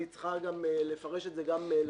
והיא צריכה לפרש את זה לציבור.